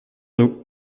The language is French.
nous